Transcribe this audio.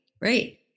Right